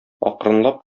акрынлап